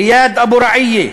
איאד אבו רעיה,